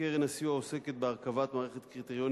קרן הסיוע עוסקת בהרכבת מערכת קריטריונים